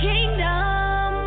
Kingdom